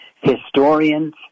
historians